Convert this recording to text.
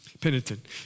penitent